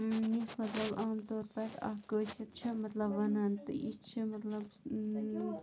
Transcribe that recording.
یُس مطلب عام طور پٲٹھۍ اَکھ کٲشِر چھِ مطلب وَنان تہٕ یہِ چھِ مطلب